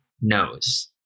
knows